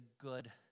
good